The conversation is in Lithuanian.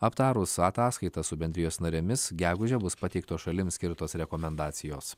aptarus ataskaitą su bendrijos narėmis gegužę bus pateiktos šalims skirtos rekomendacijos